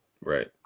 right